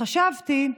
חשבתי שאולי,